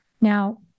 Now